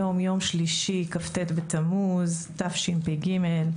היום יום שלישי, כ"ט בתמוז תשפ"ג.